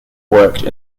worked